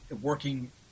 working